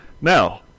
Now